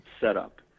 setup